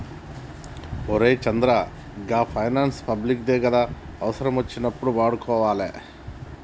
ఒరే చంద్రం, గా finance public దే గదా, అవుసరమచ్చినప్పుడు వాడుకోవాలె